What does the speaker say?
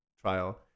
trial